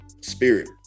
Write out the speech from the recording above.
Spirit